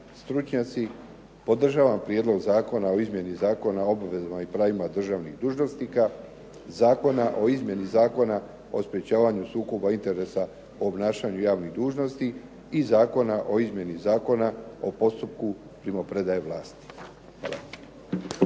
stručnjaci, podržavam Prijedlog zakona o izmjeni Zakona o obvezama i pravima državnih u državnih dužnosnika, Zakon o sprečavanju sukoba interesa u obnašanju javnih dužnosti i Zakona o postupku primopredaje vlasti. Hvala.